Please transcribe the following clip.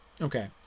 Okay